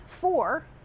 four